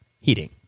heating